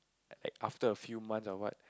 after a few months or what